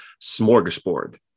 smorgasbord